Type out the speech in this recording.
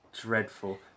dreadful